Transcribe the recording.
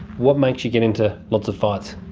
what makes you get into lots of fights?